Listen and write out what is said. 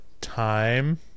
time